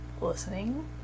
listening